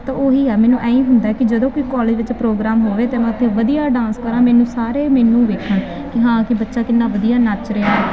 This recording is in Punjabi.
ਤਾਂ ਉਹੀ ਆ ਮੈਨੂੰ ਐਈਂ ਹੁੰਦਾ ਕਿ ਜਦੋਂ ਕੋਈ ਕਾਲਜ ਵਿੱਚ ਪ੍ਰੋਗਰਾਮ ਹੋਵੇ ਅਤੇ ਮੈਂ ਉੱਥੇ ਵਧੀਆ ਡਾਂਸ ਕਰਾਂ ਮੈਨੂੰ ਸਾਰੇ ਮੈਨੂੰ ਵੇਖਣ ਕਿ ਹਾਂ ਕਿ ਬੱਚਾ ਕਿੰਨਾ ਵਧੀਆ ਨੱਚ ਰਿਹਾ